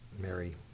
Mary